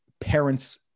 parents-